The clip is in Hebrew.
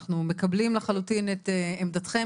אנחנו מקבלים לחלוטין את עמדתכם,